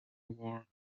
war